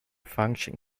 function